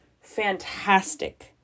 fantastic